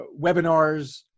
webinars